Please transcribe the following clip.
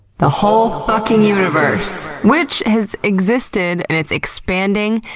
the whole fucking universe, which has existed, and it's expanding,